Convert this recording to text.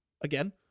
again